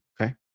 Okay